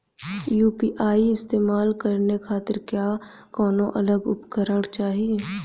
UPI इस्तेमाल करने खातिर क्या कौनो अलग उपकरण चाहीं?